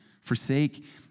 forsake